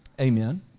Amen